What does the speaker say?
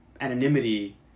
anonymity